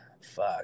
fuck